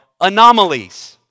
anomalies